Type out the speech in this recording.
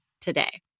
today